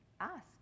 ask